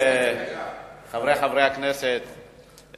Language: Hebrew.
חברי חברי הכנסת,